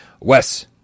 Wes